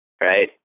right